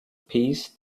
peace